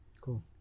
Cool